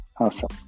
Awesome